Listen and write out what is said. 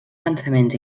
pensaments